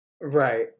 Right